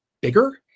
bigger